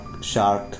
shark